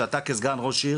שאפילו אתה כסגן ראש עיר,